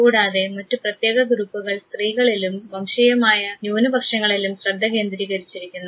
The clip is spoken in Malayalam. കൂടാതെ മറ്റ് പ്രത്യേക ഗ്രൂപ്പുകൾ സ്ത്രീകളിലും വംശീയമായ ന്യൂനപക്ഷങ്ങളിലും ശ്രദ്ധകേന്ദ്രീകരിച്ചിരിക്കുന്നു